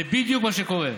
זה בדיוק מה שקורה.